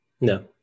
No